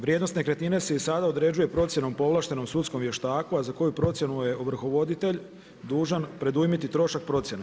Vrijednost nekretnine se i sada određuje procjenom povlaštenom sudskom vještaku, a za koju procjenu je ovrhovoditelje dužan predujmiti trošak procjene.